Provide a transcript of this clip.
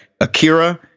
Akira